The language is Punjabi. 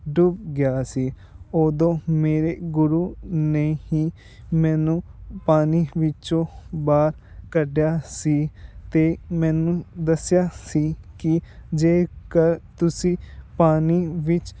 ਡੁੱਬ ਗਿਆ ਸੀ ਉਦੋਂ ਮੇਰੇ ਗੁਰੂ ਨੇ ਹੀ ਮੈਨੂੰ ਪਾਣੀ ਵਿੱਚੋਂ ਬਾਹਰ ਕੱਢਿਆ ਸੀ ਅਤੇ ਮੈਨੂੰ ਦੱਸਿਆ ਸੀ ਕਿ ਜੇਕਰ ਤੁਸੀਂ ਪਾਣੀ ਵਿੱਚ